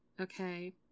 Okay